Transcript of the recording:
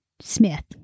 Smith